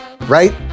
right